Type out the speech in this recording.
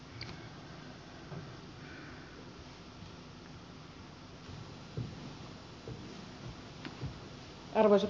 arvoisa puhemies